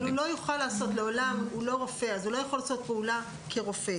אבל הוא לא יוכל לעשות לעולם פעולה כרופא כי הוא לא רופא.